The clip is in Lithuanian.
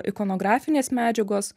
ikonografinės medžiagos